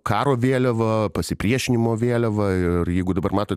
karo vėliava pasipriešinimo vėliava ir jeigu dabar matot